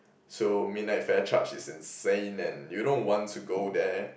so midnight fare charge is insane and you know once you go there